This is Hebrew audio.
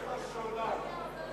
הוליכה שולל.